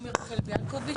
שמי רחל ביאלקוביץ',